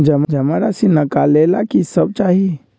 जमा राशि नकालेला कि सब चाहि?